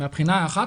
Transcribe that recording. מבחינה אחת,